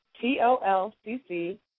T-O-L-C-C